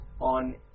on